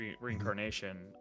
reincarnation